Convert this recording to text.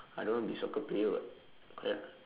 I don't want to be soccer player [what] correct or not